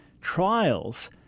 trials